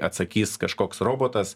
atsakys kažkoks robotas